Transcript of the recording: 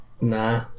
Nah